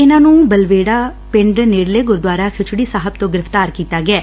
ਇਨ੍ਹਾਂ ਨੰ ਬਲਵੇੜਾ ਪਿੰਡ ਨੇੜਲੇ ਗੁਰੁਦੁਆਰਾ ਖਿਚੜੀ ਸਾਹਿਬ ਤੋ ਗੁਫਤਾਰ ਕੀਤਾ ਗਿਐ